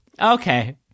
Okay